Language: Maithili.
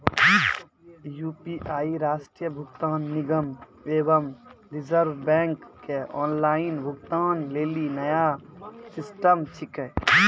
यू.पी.आई राष्ट्रीय भुगतान निगम एवं रिज़र्व बैंक के ऑनलाइन भुगतान लेली नया सिस्टम छिकै